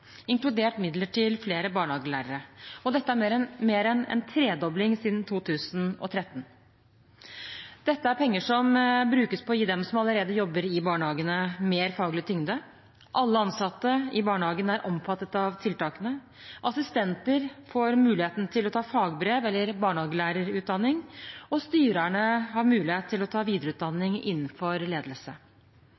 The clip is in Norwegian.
inkludert midler til flere barnehagelærere. Dette er mer enn en tredobling siden 2013. Dette er penger som brukes til å gi dem som allerede jobber i barnehagene, mer faglig tyngde. Alle ansatte i barnehagene er omfattet av tiltakene. Assistenter får muligheten til å ta fagbrev eller barnehagelærerutdanning, og styrerne har mulighet til å ta